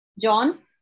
John